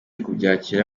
kubyakira